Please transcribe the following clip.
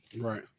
Right